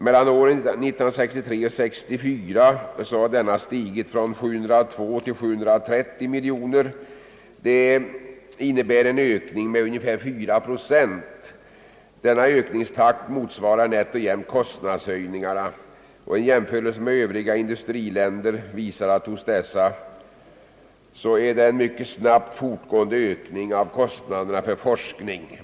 Mellan åren 1963 och 1964 har det beloppet stigit från 702 till 730 miljoner kronor, innebärande en ökning med ungefär 4 procent. Denna ökningstakt motsvarar nätt och jämnt kostnadshöjningarna. En jämförelse med övriga industriländer visar att man där mycket snabbt ökar sina insatser för forskning.